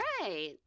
Right